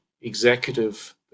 executive